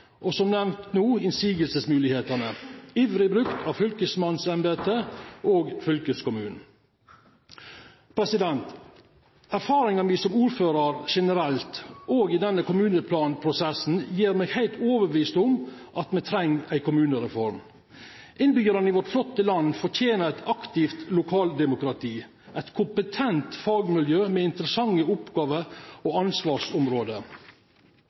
– som nevnt nå – innsigelsesmulighetene, ivrig brukt av fylkesmannsembetet og fylkeskommunen. Erfaringen min som ordfører generelt og i denne kommuneplanprosessen gjør meg helt overbevist om at vi trenger en kommunereform. Innbyggerne i vårt flotte land fortjener et aktivt lokaldemokrati, et kompetent fagmiljø med interessante oppgaver og ansvarsområder.